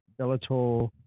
Bellator